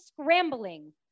scrambling